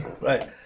Right